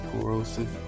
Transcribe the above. corrosive